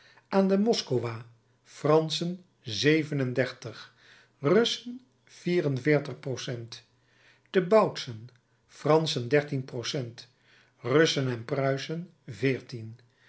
aan de moskowa franschen zevenendertig russen vierenveertig percent te bautzen franschen dertien percent russen en pruisen